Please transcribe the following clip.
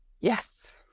Yes